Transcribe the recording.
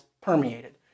permeated